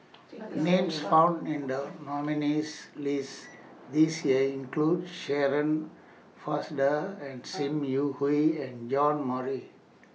Names found in The nominees' list This Year include Shirin Fozdar and SIM Yi Hui and John Morrice